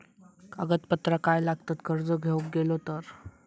कागदपत्रा काय लागतत कर्ज घेऊक गेलो तर?